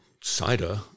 cider